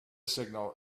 signal